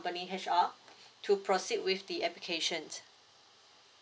H_R to proceed with the applications